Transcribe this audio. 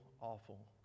awful